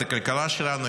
את הכלכלה שלנו,